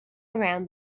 around